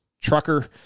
trucker